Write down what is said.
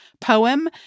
poem